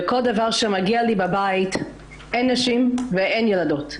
בכל דבר שמגיע אלי הביתה אין נשים ואין ילדות.